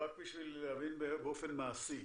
רק בשביל להבין באופן מעשי,